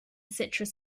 citrus